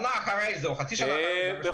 שנה אחרי זה או חצי שנה אחרי זה --- מכובדי,